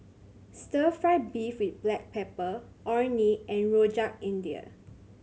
Stir Fry beef with black pepper Orh Nee and Rojak India